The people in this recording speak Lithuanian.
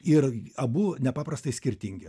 ir abu nepaprastai skirtingi